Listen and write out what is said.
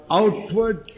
outward